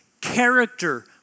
character